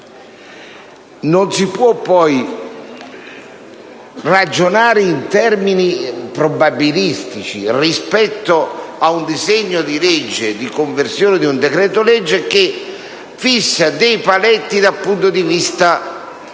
Non si può poi ragionare in termini probabilistici rispetto ad un disegno di legge di conversione di un decreto-legge che fissa alcuni paletti dal punto di vista